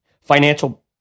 financial